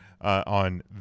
on